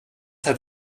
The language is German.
hat